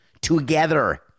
together